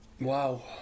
wow